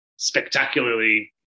Spectacularly